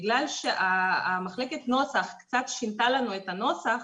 בגלל שמחלקת הנוסח קצת שינתה לנו את הנוסח,